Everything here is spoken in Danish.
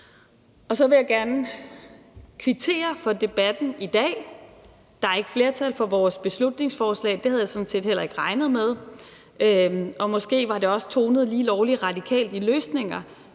Så vil jeg gerne kvittere for debatten i dag. Der er ikke flertal for vores beslutningsforslag. Det havde jeg sådan set heller ikke regnet med, og måske var det også tonet lige lovlig radikalt i løsninger,